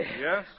Yes